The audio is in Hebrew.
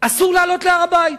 אסור לעלות להר-הבית.